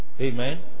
Amen